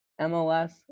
MLS